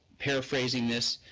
paraphrasing this